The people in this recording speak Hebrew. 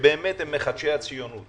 שבאמת הם מחדשי הציונות